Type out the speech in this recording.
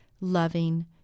loving